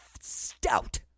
Stout